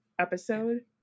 episode